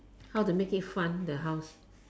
how to make it fun the house